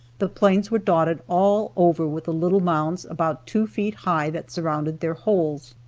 the plains were dotted all over with the little mounds about two feet high that surrounded their holes.